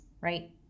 right